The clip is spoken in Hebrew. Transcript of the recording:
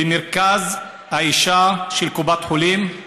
במרכז האישה של קופת חולים.